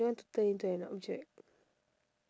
I don't want to turn into an object